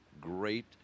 great